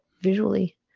visually